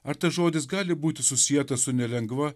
ar tas žodis gali būti susietas su nelengva